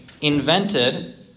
invented